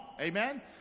Amen